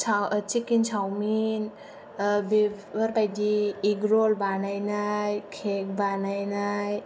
chicken chowmein बेफोरबादि इग र'ल बानायनाय केक बानायनाय